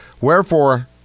wherefore